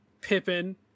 Pippin